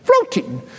floating